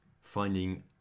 finding